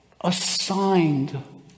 assigned